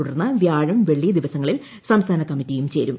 തുടർന്ന് വ്യാഴം വെള്ളി ദിവസങ്ങളിൽ സംസ്ഥാന കമ്മിറ്റിയും ചേരും